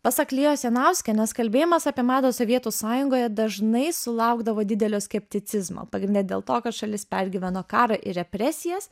pasak lijos janauskienės kalbėjimas apie madą sovietų sąjungoje dažnai sulaukdavo didelio skepticizmo pagrinde dėl to kad šalis pergyveno karą ir represijas